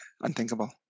Unthinkable